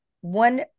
one